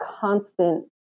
constant